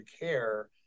care